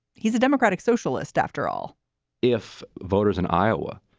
he's a democratic socialist after all if voters in iowa,